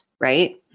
Right